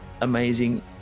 amazing